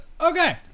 okay